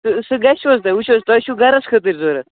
تہٕ سُہ گژھوٕ حظ تۄہہِ وُچھِو حظ تۄہہِ چھُو گَرَس خٲطرٕ ضروٗرت